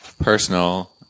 personal